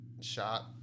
shot